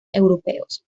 europeos